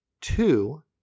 two